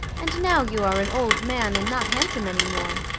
and now you are an old man and not handsome any more.